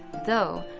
though,